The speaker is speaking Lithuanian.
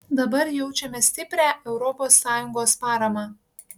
dabar jaučiame stiprią europos sąjungos paramą